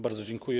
Bardzo dziękuję.